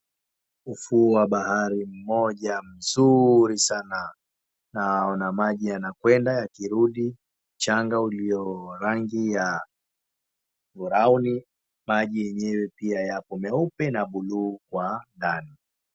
Ufuo wa bahari, mmoja mzuri sana na una maji yanakwenda, yakirudi mchanga ulio wa rangi ya brauni, maji yenyewe pia yako meupe na buluu kwa ndani.